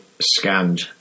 scanned